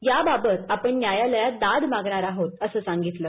याबाबत आपण न्यायालयात दाद मागणार आहोत असं सांगितलं